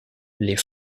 les